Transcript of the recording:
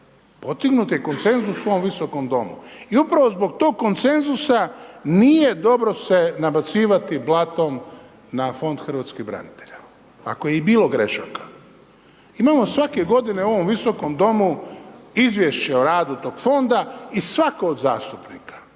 Postignut je konsenzus u ovom viskom domu. I upravo zbog tog konsenzusa nije dobro se nabacivati blatom na Fond hrvatskih branitelja, ako je i bilo grešaka. Imamo svake godine u ovom viskom domu izvješće o radu tog Fonda i svako od zastupnika,